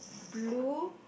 blue